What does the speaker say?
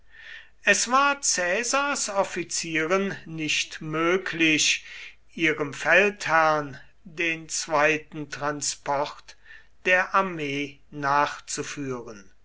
es war caesars offizieren nicht möglich ihrem feldherrn den zweiten transport der armee nachzuführen